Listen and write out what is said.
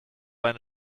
eine